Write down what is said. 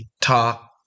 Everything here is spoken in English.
talk